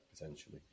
potentially